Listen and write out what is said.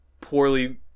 poorly